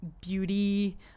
beauty